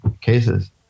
cases